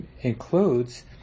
includes